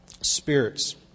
spirits